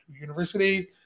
university